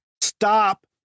Stop